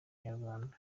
inyarwanda